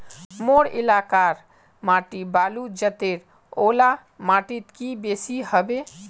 मोर एलाकार माटी बालू जतेर ओ ला माटित की बेसी हबे?